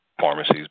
pharmacies